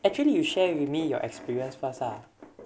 actually you share with me your experience first ah